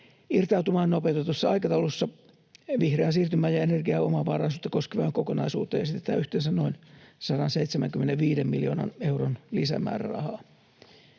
irtautumaan nopeutetussa aikataulussa. Vihreää siirtymää ja energiaomavaraisuutta koskevaan kokonaisuuteen esitetään yhteensä noin 175 miljoonan euron lisämäärärahaa.